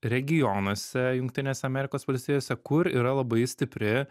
regionuose jungtinėse amerikos valstijose kur yra labai stipri